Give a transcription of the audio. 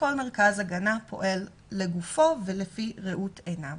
כל מרכז הגנה פועל לגופו ולפי ראות עיניו,